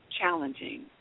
challenging